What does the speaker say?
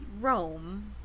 Rome